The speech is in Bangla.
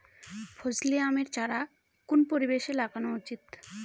ফজলি আমের চারা কোন পরিবেশে লাগানো উচিৎ?